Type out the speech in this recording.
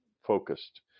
focused